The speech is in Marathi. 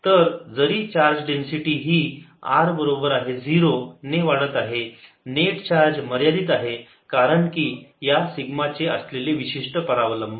तर जरी चार्ज डेन्सिटी ही r बरोबर आहे 0 ने वाढत आहे नेट चार्ज मर्यादित आहे कारण की या सिग्मा चे असलेले विशिष्ट परावलंबन